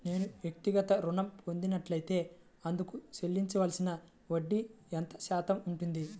నేను వ్యక్తిగత ఋణం పొందినట్లైతే అందుకు చెల్లించవలసిన వడ్డీ ఎంత శాతం ఉంటుంది?